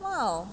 !wow!